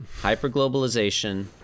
hyperglobalization